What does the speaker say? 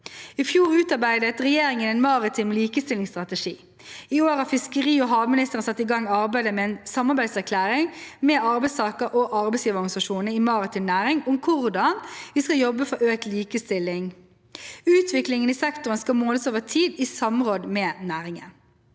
I fjor utarbeidet regjeringen en maritim likestillingsstrategi. I år har fiskeri- og havministeren satt i gang arbeidet med en samarbeidserklæring med arbeidstaker- og arbeidsgiverorganisasjonene i maritim næring om hvordan vi skal jobbe for økt likestilling. Utviklingen i sektoren skal måles over tid, i samråd med næringen.